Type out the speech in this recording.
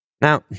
Now